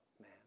man